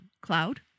Cloud